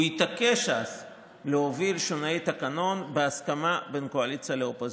הוא התעקש אז להוביל שינויי תקנון בהסכמה בין קואליציה לאופוזיציה,